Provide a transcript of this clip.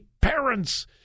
parents